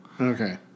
Okay